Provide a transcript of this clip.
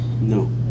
No